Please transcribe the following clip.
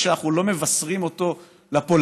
כשאנחנו לא מבשרים אותו לפולנים